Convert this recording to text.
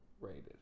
rated